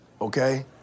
okay